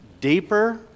deeper